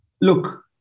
look